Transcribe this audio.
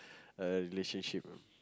a relationship